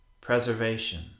preservation